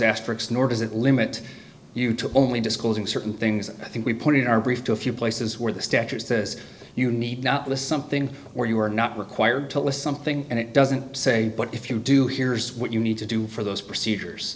aspects nor does it limit you to only disclosing certain things i think we put in our brief to a few places where the statute says you need not list something where you are not required to list something and it doesn't say but if you do here's what you need to do for those procedures